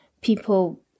people